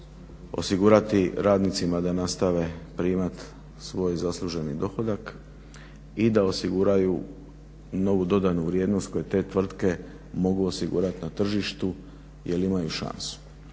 osigurati radnicima da nastave privat, svoj zasluženi dohodak i da osiguraju novu dodanu vrijednost koje te tvrtke mogu osigurati na tržištu jer imaju šansu.